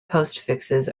postfixes